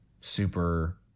super